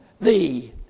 thee